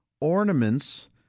Ornaments